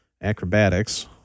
acrobatics